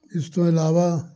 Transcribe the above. ਇਸ ਤੋਂ ਇਲਾਵਾ